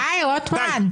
די, רוטמן.